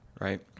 Right